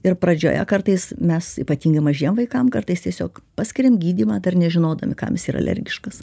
ir pradžioje kartais mes ypatingai mažiem vaikams kartais tiesiog paskiriam gydymą dar nežinodami kam jis yra alergiškas